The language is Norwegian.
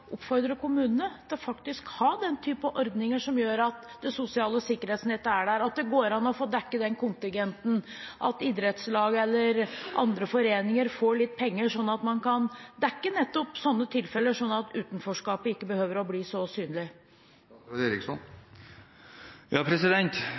kommunene til faktisk å ha den type ordninger som gjør at det sosiale sikkerhetsnettet er der, at det går an å få dekket den kontingenten, og at idrettslaget eller andre foreninger får penger slik at man kan dekke nettopp slike tilfeller, så utenforskapet ikke behøver å bli så synlig?